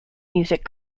music